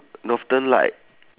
northern light